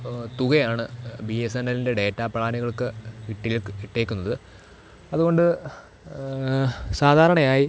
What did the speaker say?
തുകയാണ് B S N എല്ലിൻ്റെ data പ്ലാനുകൾക്ക് ഇട്ടേൽക്ക് ഇട്ടേക്കുന്നത് അതു കൊണ്ട് സാധാരണയായി